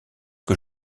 que